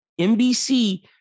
NBC